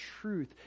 truth